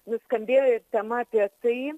nuskambėjo ir tema apie tai